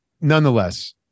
nonetheless